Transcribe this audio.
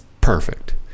perfect